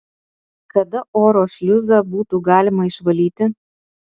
kada oro šliuzą būtų galima išvalyti